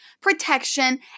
protection